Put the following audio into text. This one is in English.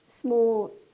small